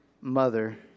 mother